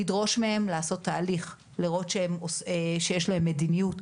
יש לדרוש מהן לעשות תהליך, לראות שיש להם מדיניות,